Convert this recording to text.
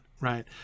right